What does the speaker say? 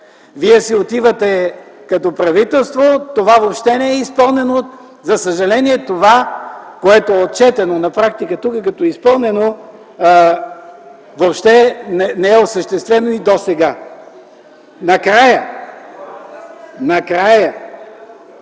Вие си отивате като правителство, а това въобще не е изпълнено. За съжаление, това, което е отчетено на практика тук като изпълнено, въобще не е осъществено и досега. (Реплики